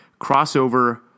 crossover